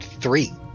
three